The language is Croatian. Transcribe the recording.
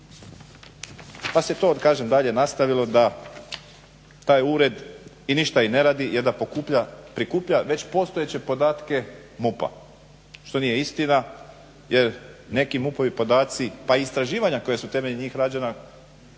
Pa se to kažem dalje nastavilo da taj ured i ništa i ne radi je da prikuplja već postojeće podatke MUP-a što nije istina jer neki MUP-ovi podaci pa i istraživanja koja su temeljem njih rađena